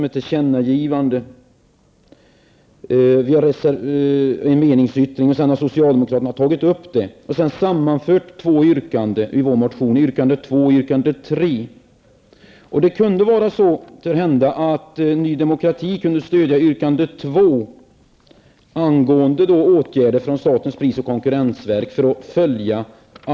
Vi har i en meningsyttring begärt ett tillkännagivande om detta. Det har sedan tagits upp av socialdemokraterna, som sammanfört motionens yrkanden nr 2 och 3.